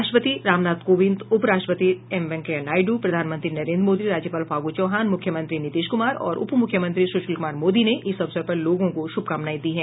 राष्ट्रपति रामनाथ कोविंद उपराष्ट्रपति एम वेंकैया नायडू प्रधानमंत्री नरेन्द्र मोदी राज्यपाल फागु चौहान मुख्यमंत्री नीतीश कुमार और उप मुख्यमंत्री सुशील कुमार मोदी ने इस अवसर पर लोगों को शुभकामनाएं दी हैं